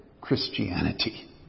Christianity